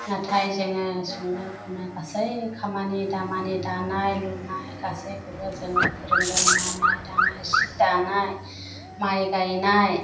नाथाय जोङो सुंनो खावनो गासै खामानि दामानि दानाय लुनाय गासैखौबो जोंनो फोरोंदों मावनाय दांनाय सि दानाय माइ गायनाय